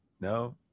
No